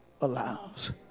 allows